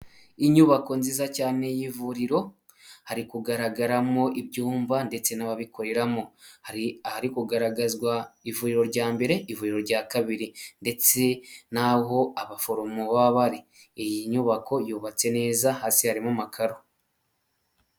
Inyubako nziza cyane y'ivuriro hari kugaragaramo ibyumba ndetse n'ababikoreramo. Hari ahari kugaragazwa ivuriro rya mbere, ivuriro rya kabiri ndetse naho abaforomo baba bari. Iyi nyubako yubatse neza hasi harimo amakaro.